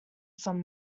some